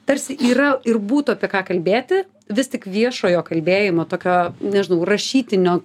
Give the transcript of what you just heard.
tarsi yra ir būtų apie ką kalbėti vis tik viešojo kalbėjimo tokio nežinau rašytinio